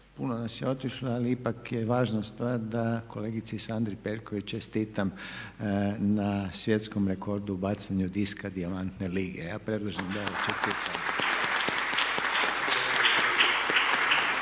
puno nas je otišlo ali ipak je važna stvar da kolegici Sandri Perković čestitam na svjetskom rekordu u bacanju diska Dijamante lige. Ja predlažem da joj čestitamo!